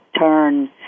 turn